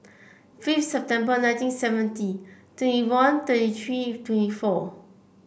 fifth September nineteen seventy twenty one thirty three twenty four